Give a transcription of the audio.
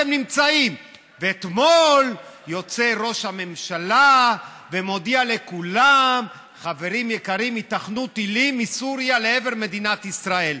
אדוני היושב-ראש, חבריי חברי הכנסת, על סדר-היום